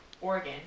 Oregon